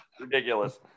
ridiculous